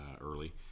early